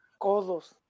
codos